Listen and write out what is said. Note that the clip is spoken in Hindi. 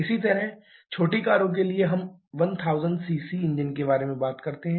इसी तरह छोटी कारों के लिए हम 1000 सीसी इंजन के बारे में बात करते हैं